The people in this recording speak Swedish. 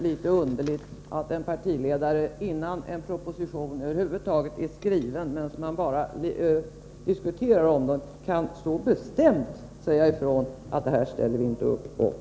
Litet underligt är också att en partiledare, innan en proposition över huvud taget är skriven utan bara diskuteras, kan så bestämt säga ifrån att det här ställer vi inte upp för.